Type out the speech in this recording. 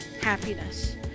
happiness